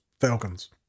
Falcons